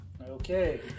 Okay